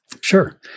Sure